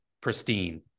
pristine